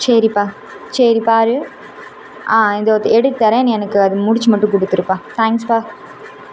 சரிப்பா சரி பார் ஆ இதோ எடுத்து தர்றேன் நீ எனக்கு அது முடித்து மட்டும் கொடுத்துருப்பா தேங்க்ஸுப்பா